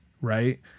right